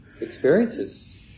experiences